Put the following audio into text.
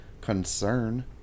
concern